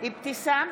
אבתיסאם